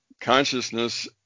Consciousness